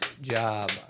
job